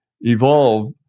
evolve